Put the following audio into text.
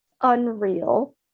unreal